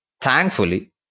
thankfully